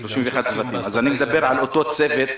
זה לא פופוליזם.